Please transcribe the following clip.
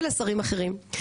ולשרים אחרים ,